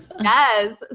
Yes